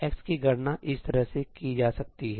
x की गणना इस तरह से की जा सकती है